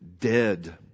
dead